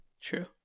True